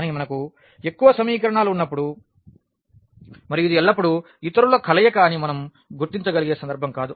కానీ మనకు ఎక్కువ సమీకరణాలు ఉన్నప్పుడు మరియు ఇది ఎల్లప్పుడూ ఇతరు రేఖల యొక్క కలయిక అని మనం గుర్తించగలిగే సందర్భం కాదు